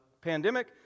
pandemic